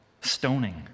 Stoning